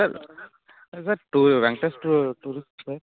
sir sir to Venkatesh to tourist sir